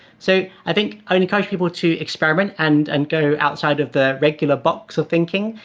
so i think i would encourage people to experiment and and go outside of the regular box of thinking.